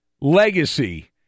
legacy